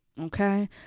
Okay